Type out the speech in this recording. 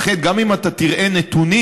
לכן גם אם אתה תראה נתונים,